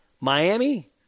Miami